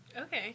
Okay